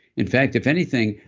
in fact, if anything,